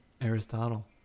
Aristotle